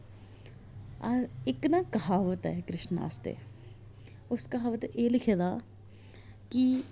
अस इक ना कहावत ऐ कृष्णा आस्तै उस कहावत च एह् लिखे दा कि